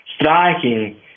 striking